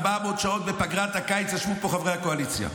400 שעות בפגרת הקיץ ישבו פה חברי הקואליציה.